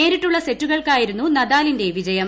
നേരിട്ടുള്ള സെറ്റുകൾക്കായിരുന്നു നദാലിന്റെ വിജയം